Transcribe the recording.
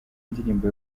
indirimbo